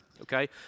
okay